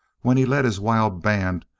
when he led his wild band,